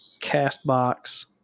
CastBox